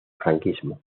franquismo